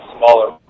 smaller